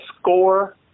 score